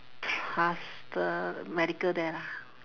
trust the medical there lah